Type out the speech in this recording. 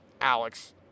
Alex